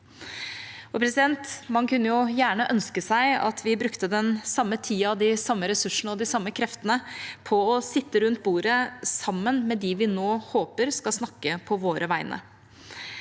Man kunne gjerne ønske at vi brukte den samme tida, de samme ressursene og de samme kreftene på å sitte rundt bordet sammen med dem vi nå håper skal snakke på våre vegne,